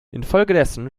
infolgedessen